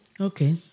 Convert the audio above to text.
Okay